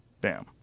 Bam